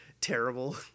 terrible